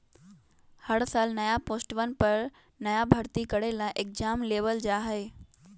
हर साल नया पोस्टवन पर नया भर्ती करे ला एग्जाम लेबल जा हई